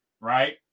right